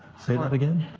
say that again?